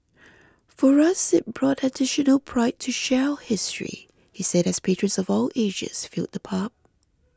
for us it brought additional pride to share our history he said as patrons of all ages filled the pub